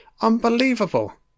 Unbelievable